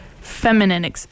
feminine